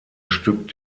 stück